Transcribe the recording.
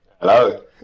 Hello